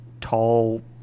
tall